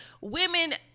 Women